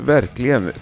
Verkligen